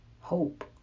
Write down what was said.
hope